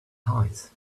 heights